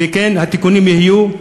והתיקונים יהיו,